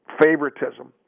favoritism